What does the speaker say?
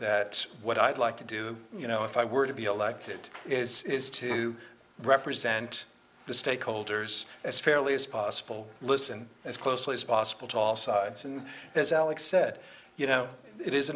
that what i'd like to do you know if i were to be elected is is to represent the stakeholders as fairly as possible listen as closely as possible to all sides and as alex said you know it is a